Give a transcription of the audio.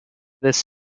this